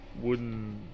wooden